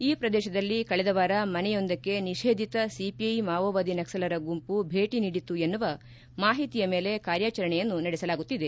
ಈ ಪ್ರದೇಶದಲ್ಲಿ ಕಳೆದ ವಾರ ಮನೆಯೊಂದಕ್ಕೆ ನಿಷೇಧಿತ ಸಿಪಿಐ ಮಾವೋವಾದಿ ನಕ್ಸಲರ ಗುಂಪು ಭೇಟಿ ನೀಡಿತ್ತು ಎನ್ನುವ ಮಾಹಿತಿಯ ಮೇಲೆ ಕಾರ್ಯಾಚರಣೆಯನ್ನು ನಡೆಸಲಾಗುತ್ತಿದೆ